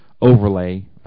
overlay